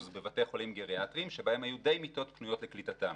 בבתי חולים גריאטריים שבהם היו די מיטות פנויות לקליטתם.